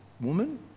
Woman